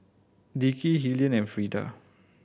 Dickie Hilliard and Freeda